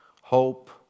hope